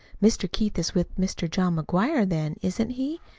mr. keith is with mr. john mcguire, then, isn't he?